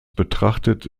betrachtet